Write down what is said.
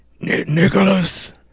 Nicholas